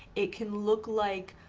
it can look like.